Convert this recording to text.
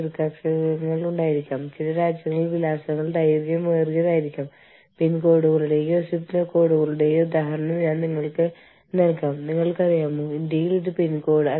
ജീവനക്കാരുടെ ആരോഗ്യ സുരക്ഷാ നിയമങ്ങൾ ചില സന്ദർഭങ്ങളിൽ സ്ഥാപനം പ്രവർത്തിക്കുന്ന മേഖല ഭൌതിക മേഖല ഭൂമിശാസ്ത്രപരമായ പ്രദേശം എന്നിവയ്ക്ക് മുകളിലേക്കും അപ്പുറത്തേക്കും പോകുന്നു